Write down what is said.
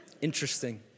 Interesting